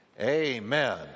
Amen